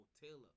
Taylor